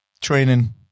training